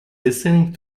listening